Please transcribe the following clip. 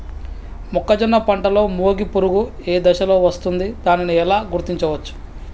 మొక్కజొన్న పంటలో మొగి పురుగు ఏ దశలో వస్తుంది? దానిని ఎలా గుర్తించవచ్చు?